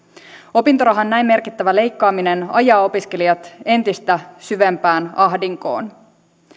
opintorahan näin merkittävä leikkaaminen ajaa opiskelijat entistä syvempään ahdinkoon